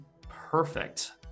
Perfect